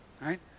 right